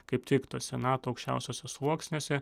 kaip tik to senato aukščiausiuose sluoksniuose